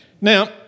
Now